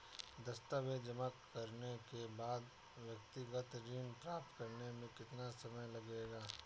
दस्तावेज़ जमा करने के बाद व्यक्तिगत ऋण प्राप्त करने में कितना समय लगेगा?